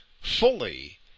fully